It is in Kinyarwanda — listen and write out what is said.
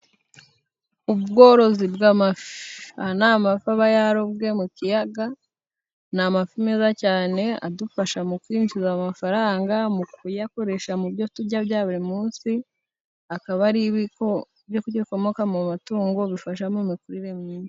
Ubworozi bw'amafi, aya ni amafi aba yarobwe mu kiyaga , ni amafi meza cyane adufasha mu kwinjiza amafaranga , mu kuyakoresha mu byo turya bya buri munsi akaba ari ibyo kurya bikomoka mu matungo bifasha mu mikirire myiza .